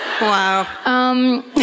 Wow